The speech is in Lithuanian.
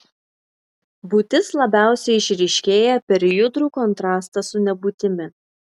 būtis labiausiai išryškėja per judrų kontrastą su nebūtimi